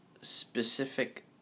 specific